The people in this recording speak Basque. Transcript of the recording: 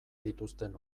dituzten